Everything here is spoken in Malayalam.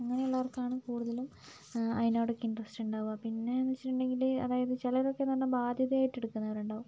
അങ്ങനെയുള്ളവർക്കാണ് കൂടുതലും അതിനോടൊക്കെ ഇൻറ്ററെസ്റ്റ് ഉണ്ടാവുക പിന്നെ എന്ന് വെച്ചിട്ടുണ്ടെങ്കിൽ അതായത് ചിലരൊക്കെ എന്ന് പറഞ്ഞാൽ ബാധ്യത ആയിട്ട് എടുക്കുന്നവരുണ്ടാവും